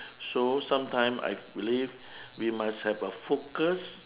so sometime I believe we must have a focus